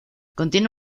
contiene